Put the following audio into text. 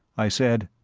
i said,